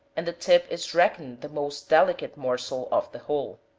and the tip is reckoned the most delicate morsel of the whole.